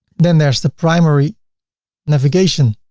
then there's the primary navigation.